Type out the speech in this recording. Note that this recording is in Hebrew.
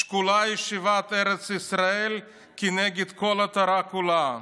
שקולה ישיבת ארץ ישראל כנגד כל התורה כולה,